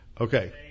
Okay